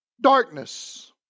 darkness